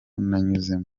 nanyuzemo